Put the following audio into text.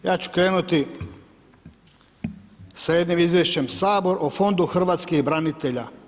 Ja ću krenuti sa jednim izvješćem Sabora o Fondu hrvatskih branitelja.